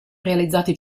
realizzati